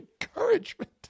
encouragement